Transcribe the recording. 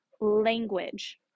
language